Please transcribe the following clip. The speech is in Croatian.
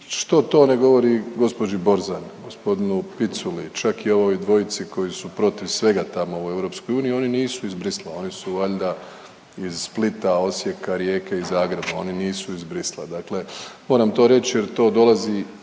što to ne govori gđi Borzan, g. Piculi, čak i ovoj dvojici koji su protiv svega tamo u EU, oni nisu iz Bruxellesa, oni su valjda iz Splita, Osijeka, Rijeke i Zagreba, oni nisu iz Bruxellesa. Dakle moram to reći jer to dolazi